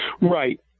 Right